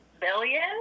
billion